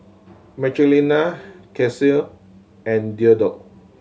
Michelina Kelsey and Theodore